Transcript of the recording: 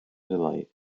delight